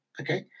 okay